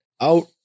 out